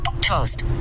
toast